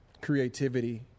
creativity